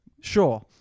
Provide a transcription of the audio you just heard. Sure